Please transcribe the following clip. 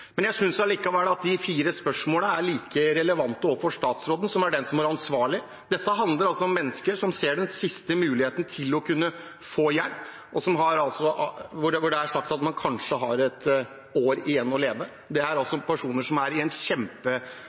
Jeg syns allikevel de fire spørsmålene er like relevante overfor statsråden, som er den som er ansvarlig. Dette handler altså om mennesker som ser den siste muligheten til å kunne få hjelp, og hvor det er sagt at man kanskje har et år igjen å leve. Det er personer som er i en